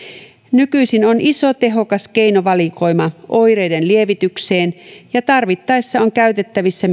nykyisin on iso tehokas keinovalikoima oireiden lievitykseen ja tarvittaessa on käytettävissä